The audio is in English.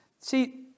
See